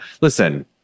listen